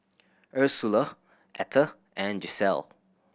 Ursula Etter and Gisele